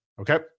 okay